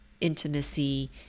intimacy